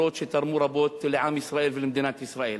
שתרמו רבות לעם ישראל ולמדינת ישראל.